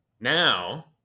Now